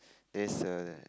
that's a